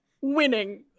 winning